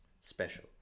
special